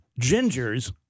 gingers